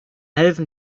helfen